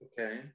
Okay